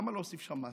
למה להוסיף שם מס?